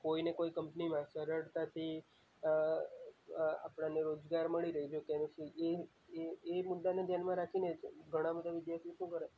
કોઈને કોઈ કંપનીમાં સરળતાથી આપણને રોજગાર મળી રહે તો એને એ મુદ્દાને ધ્યાનમાં રાખીને ઘણાં બધાં વિદ્યાર્થી શું કરે